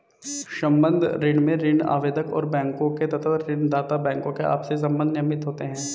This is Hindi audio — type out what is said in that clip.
संबद्ध ऋण में ऋण आवेदक और बैंकों के तथा ऋण दाता बैंकों के आपसी संबंध नियमित होते हैं